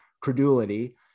credulity